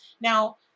Now